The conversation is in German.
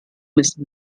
müssen